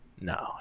No